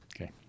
Okay